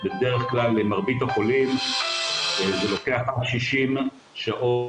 בדרך כלל למרבית החולים זה לוקח 60 שעות,